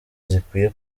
zikwiye